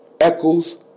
echoes